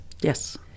yes